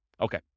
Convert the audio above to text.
Okay